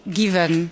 given